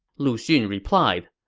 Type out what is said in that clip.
lu xun replied,